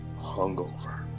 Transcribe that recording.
hungover